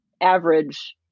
average